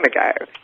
ago